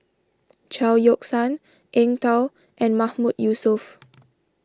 Chao Yoke San Eng Tow and Mahmood Yusof